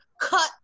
cut